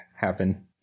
happen